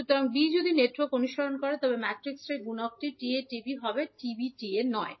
সুতরাং b যদি network অনুসরণ করে তবে ম্যাট্রিক্সের গুণটি 𝐓𝒂 𝐓𝒃 হবে 𝐓𝒃 𝐓𝒂 নয়